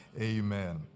Amen